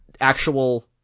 actual